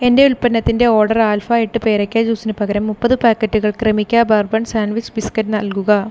എന്റെ ഉൽപ്പന്നത്തിന്റെ order alpha എട്ട് പേരക്ക ജ്യൂസിന് പകരം മുപ്പത് പാക്കറ്റുകൾ ക്രെമിക്ക ബർബൺ സാൻഡ്വിച്ച് ബിസ്ക്കറ്റ് നൽകുക